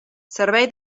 servei